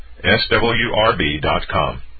swrb.com